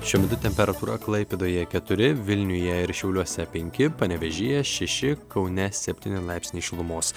šiuo metu temperatūra klaipėdoje keturi vilniuje ir šiauliuose penki panevėžyje šeši kaune septyni laipsniai šilumos